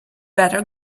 better